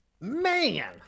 Man